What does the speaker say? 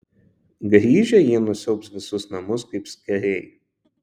grįžę jie nusiaubs visus namus kaip skėriai